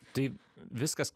tai viskas